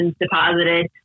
deposited